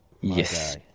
Yes